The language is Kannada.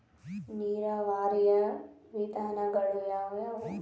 ನೀರಾವರಿಯ ವಿಧಾನಗಳು ಯಾವುವು?